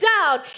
down